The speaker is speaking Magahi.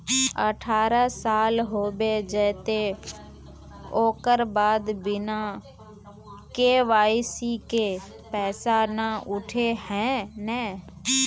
अठारह साल होबे जयते ओकर बाद बिना के.वाई.सी के पैसा न उठे है नय?